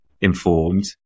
informed